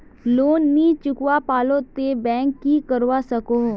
Loan नी चुकवा पालो ते बैंक की करवा सकोहो?